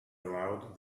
aloud